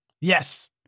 Yes